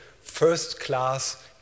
first-class